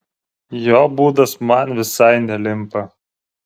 jo būdas man visai nelimpa